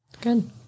Good